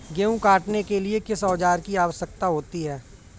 गेहूँ काटने के लिए किस औजार की आवश्यकता होती है?